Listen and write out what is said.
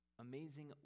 amazing